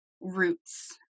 roots